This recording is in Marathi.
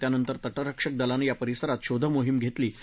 त्यानंतर तटरक्षक दलानं या परिसरात शोधमोहीम घस्की